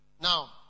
Now